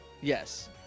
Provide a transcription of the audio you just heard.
Yes